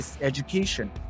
education